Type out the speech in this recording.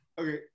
okay